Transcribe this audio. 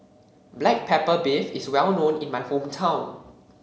Black Pepper Beef is well known in my hometown